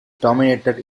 dominated